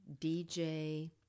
DJ